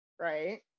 Right